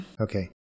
Okay